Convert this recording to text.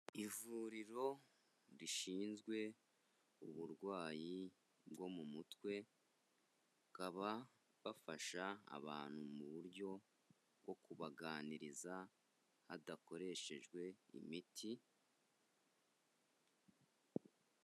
Ivuriro rishinzwe uburwayi bwo mu mutwe, bakaba bafasha abantu mu buryo bwo kubaganiriza hadakoreshejwe imiti.